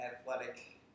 athletic